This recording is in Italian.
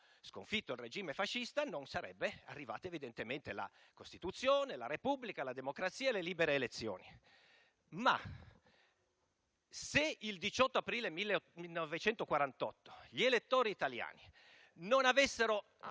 sconfitto il regime fascista, non sarebbero arrivati la Costituzione, la Repubblica, la democrazia e le libere elezioni. Se però il 18 aprile 1948 gli elettori italiani non avessero